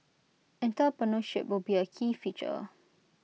entrepreneurship would be A key feature